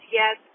yes